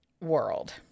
world